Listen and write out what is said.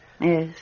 Yes